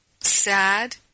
sad